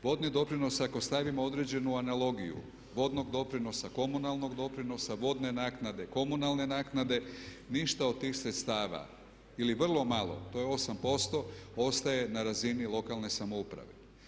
Vodni doprinos ako stavimo određenu analogiju vodnog doprinosa, komunalnog doprinosa, vodne naknade, komunalne naknade ništa od tih sredstava ili vrlo malo, to je 8%, ostaje na razini lokalne samouprave.